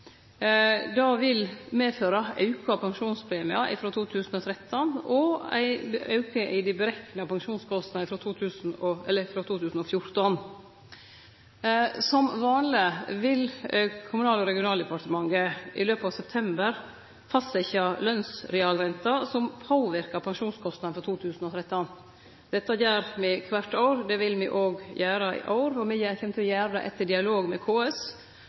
Det vil medføre auka pensjonspremie frå 2013 og ein auke i dei berekna pensjonskostnadene frå 2014. Som vanleg vil Kommunal- og regionaldepartementet i løpet av september fastsetje reallønsrenta, som påverkar pensjonskostnadene for 2013. Dette gjer me kvart år, det vil me òg gjere i år, og me kjem til å gjere det etter dialog med KS